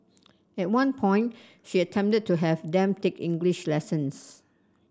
at one point she attempted to have them take English lessons